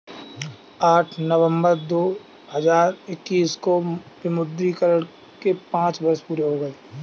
आठ नवंबर दो हजार इक्कीस को विमुद्रीकरण के पांच वर्ष पूरे हो गए हैं